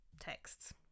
texts